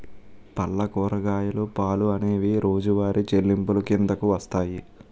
పళ్ళు కూరగాయలు పాలు అనేవి రోజువారి చెల్లింపులు కిందకు వస్తాయి